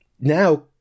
now